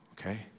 okay